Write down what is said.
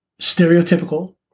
stereotypical